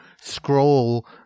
scroll